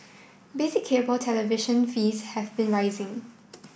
basic cable television fees have been rising